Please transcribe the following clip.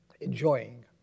enjoying